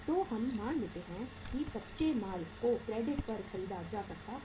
तो हम मान लेते हैं कच्चे माल को क्रेडिट पर खरीदा जा रहा है